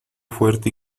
fuerte